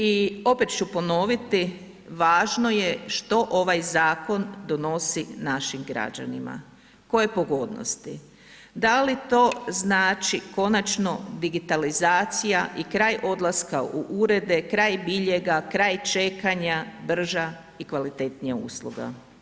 I opet ću ponoviti važno je što ovaj zakon donosi našim građanima, koje pogodnosti, da li to znači konačno digitalizacija i kraj odlaska u urede, kraj biljega, kraj čekanja, brža i kvalitetnija usluga.